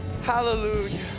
hallelujah